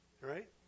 Right